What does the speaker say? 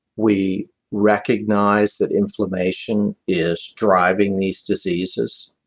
we recognize that inflammation is driving these diseases.